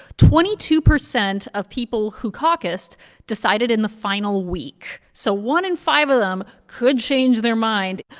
twenty two percent of people who caucused decided in the final week. so one in five of them could change their mind.